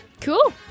Cool